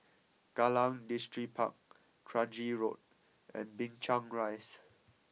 Kallang Distripark Kranji Road and Binchang Rise